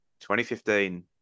2015